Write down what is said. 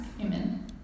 Amen